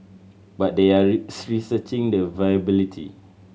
but they are researching the viability